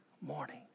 morning